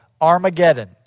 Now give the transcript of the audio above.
Armageddon